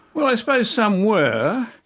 well i suppose some were,